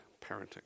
parenting